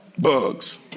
Bugs